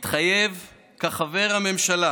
מתחייב כחבר הממשלה